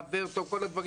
חבר טוב וכולי.